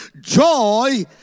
Joy